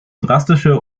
drastische